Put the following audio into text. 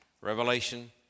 Revelation